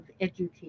Education